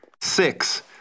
six